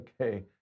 Okay